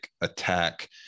attack